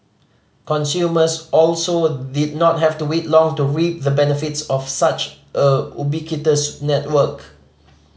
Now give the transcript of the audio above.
consumers also did not have to wait long to reap the benefits of such a ubiquitous network